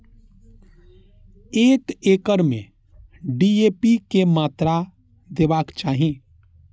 एक एकड़ में डी.ए.पी के मात्रा देबाक चाही?